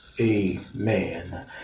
Amen